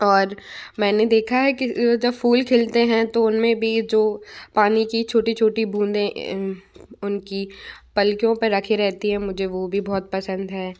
और मैंने देखा है कि जब फ़ूल खिलते हैं तो उनमें भी जो पानी की छोटी छोटी बूंदे उनकी पलकियों पे रखे रहती हैं मुझे वो भी बहुत पसंद है